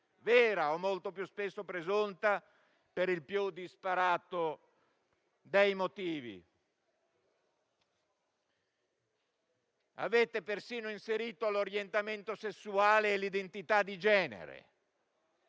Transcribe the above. (vera o molto più spesso presunta) per il più disparato dei motivi. Avete persino inserito l'orientamento sessuale e l'identità di genere.